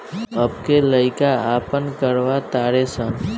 अब के लइका आपन करवा तारे सन